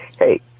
Hey